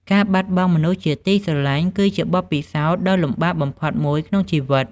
ការបាត់បង់មនុស្សជាទីស្រឡាញ់គឺជាបទពិសោធន៍ដ៏លំបាកបំផុតមួយក្នុងជីវិត។